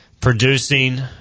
Producing